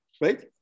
right